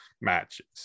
matches